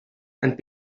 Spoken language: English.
and